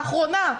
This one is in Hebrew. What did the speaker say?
האחרונה.